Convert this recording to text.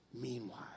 meanwhile